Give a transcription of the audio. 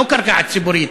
לא קרקע ציבורית,